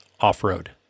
off-road